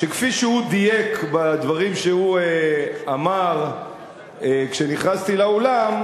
שכפי שהוא דייק בדברים שהוא אמר כשנכנסתי לאולם,